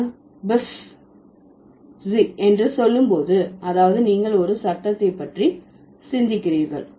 நான் buzz என்று சொல்லும் போது அதாவது நீங்கள் ஒரு சத்தத்தை பற்றி சிந்திக்கிறீர்கள்